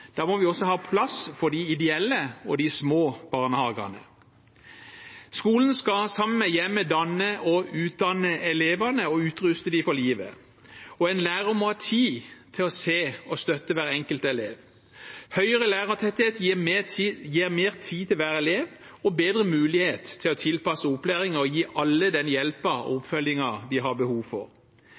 Da må vi også ha plass for de ideelle og de små barnehagene. Skolen skal sammen med hjemmet danne og utdanne elevene og utruste dem for livet, og en lærer må ha tid til å se og støtte hver enkelt elev. Høyere lærertetthet gir mer tid til hver elev og bedre mulighet til å tilpasse opplæringen og gi alle den hjelpen og oppfølgingen de har behov for.